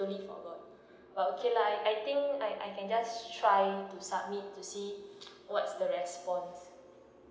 ~lly forgot but okay lah I think I I can just try to submit to see what's the responce